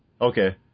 Okay